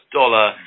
dollar